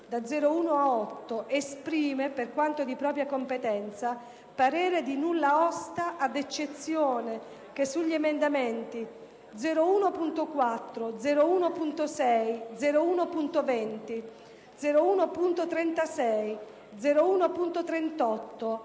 e 5.100, esprime, per quanto di propria competenza, parere di nulla osta ad eccezione che sugli emendamenti 9.1, 9.6, 9.25 e 9.100